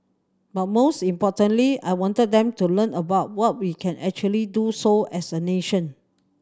but most importantly I wanted them to learn about what we can actually do so as a nation